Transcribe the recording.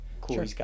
Cool